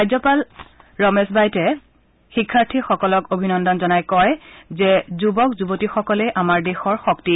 ৰাজ্যপাল ৰমেশ বাইতে শিক্ষাৰ্থীসকলক অভিনন্দন জনাই কয় যে যুৱক যুৱতীসকলেই আমাৰ দেশৰ শক্তি